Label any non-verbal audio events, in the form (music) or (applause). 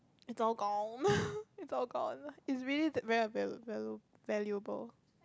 it's all gone (laughs) it's all gone it's really very value~ value~ valuable